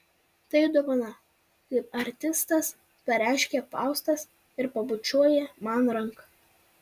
tai dovana kaip artistas pareiškia faustas ir pabučiuoja man ranką